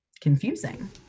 confusing